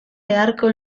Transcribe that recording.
beharko